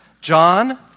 John